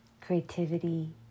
creativity